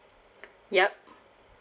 yup